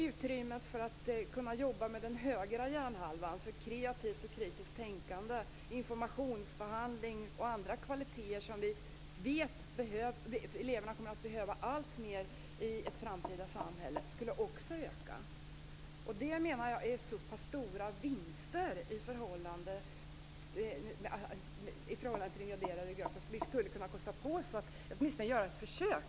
Utrymmet skulle också öka för arbete med den högra hjärnhalvan, dvs. för kreativt och kritiskt tänkande, informationsbehandling och andra kvaliteter som vi vet att eleverna kommer att behöva alltmer i ett framtida samhälle. Det menar jag är så pass stora vinster i förhållande till den graderade betygsskalan att vi skulle kunna kosta på oss att åtminstone göra ett försök.